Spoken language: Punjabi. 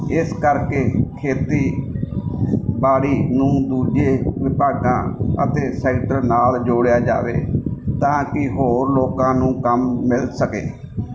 ਇਸ ਕਰਕੇ ਖੇਤੀਬਾੜੀ ਨੂੰ ਦੂਜੇ ਵਿਭਾਗਾਂ ਅਤੇ ਸੈਕਟਰ ਨਾਲ ਜੋੜਿਆ ਜਾਵੇ ਤਾਂ ਕਿ ਹੋਰ ਲੋਕਾਂ ਨੂੰ ਕੰਮ ਮਿਲ ਸਕੇ